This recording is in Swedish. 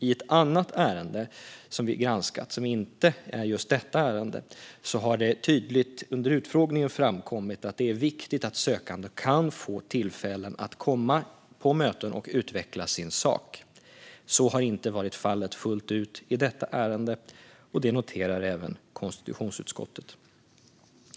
I ett annat ärende som vi granskat, som inte är just detta ärende, har det tydligt under utfrågningen framkommit att det är viktigt att sökande kan få tillfällen att komma på möten och utveckla sin sak. Så har inte varit fallet fullt ut i detta ärende, och det noterar även konstitutionsutskottet.